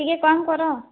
ଟିକେ କମ୍ କର